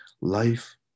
life